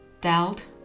doubt